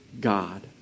God